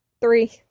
three